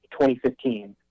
2015